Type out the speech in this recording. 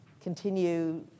continue